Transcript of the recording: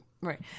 right